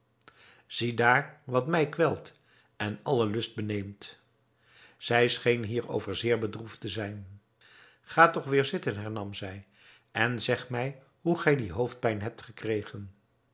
ziedaar wat mij kwelt en allen lust beneemt zij scheen hierover zeer bedroefd te zijn ga toch weêr zitten hernam zij en zeg mij hoe gij die hoofdpijn hebt gekregen